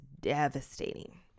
devastating